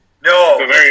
No